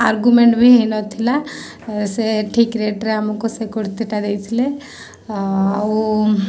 argument ବି ହେଇନଥିଲା ସେ ଠିକ୍ ରେଟ୍ରେ ଆମକୁ ସେ କୁର୍ତ୍ତିଟା ଦେଇଥିଲେ ଆଉ